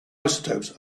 isotopes